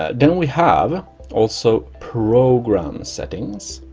ah then we have also program settings